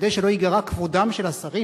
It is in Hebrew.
כדי שלא ייגרע כבודם של השרים,